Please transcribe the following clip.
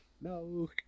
No